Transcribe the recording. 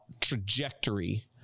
trajectory